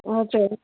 हजुर